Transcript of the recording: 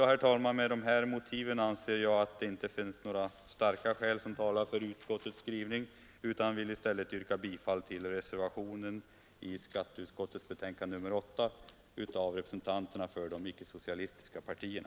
Herr talman! Med de här motiven anser jag att det inte finns några skäl som talar för utskottets skrivning, utan jag vill i stället yrka bifall till reservationen till skatteutskottets betänkande nr 8 av representanterna för de icke-socialistiska partierna.